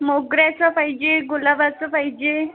मोगऱ्याचं पाहिजे गुलाबाचं पाहिजे